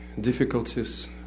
difficulties